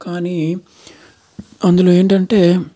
కానీ అందులో ఏంటంటే